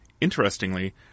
Interestingly